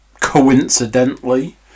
Coincidentally